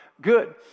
good